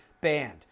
banned